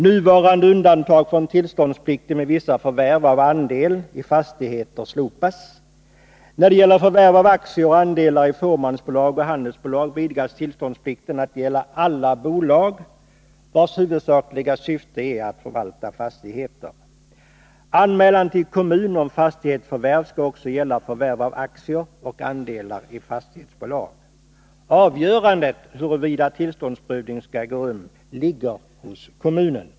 Nuvarande undantag från tillståndsplikt vid vissa förvärv av andel i fastighet slopas. När det gäller förvärv av aktier och andelar i tvåmansbolag och handelsbolag vidgas tillståndsplikten till att gälla alla bolag vars huvudsakliga syfte är att förvalta fastigheter. Anmälan till kommun om fastighetsförvärv skall också gälla förvärv av aktier och andelar i fastighetsbolag. Avgörandet huruvida tillståndsprövning skall äga rum ligger hos kommunen.